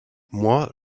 moi